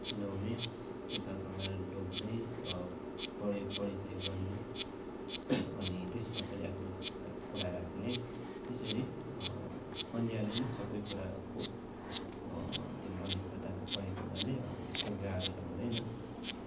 चिनाउने एकाअर्कालाई ढोग्दै परि परिचय गर्ने अनि त्यस पछाडि आफ्नो कुरा राख्ने त्यसरी कलियाले नै सबै कुराको त्यो मध्यस्थता गरेको हुनाले अब त्यस्तो गाह्रो त हुँदैन